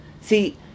see